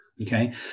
Okay